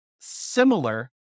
similar